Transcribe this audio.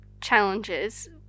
challenges